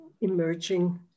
emerging